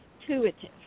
intuitive